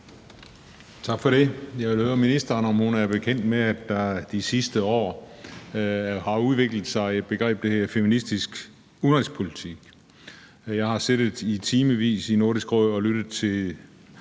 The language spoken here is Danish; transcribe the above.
Tak for det. Jeg vil høre ministeren, om hun er bekendt med, at der de sidste år har udviklet sig et begreb, der hedder feministisk udenrigspolitik. Jeg har siddet i timevis i Nordisk Råd og lyttet til